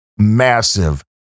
Massive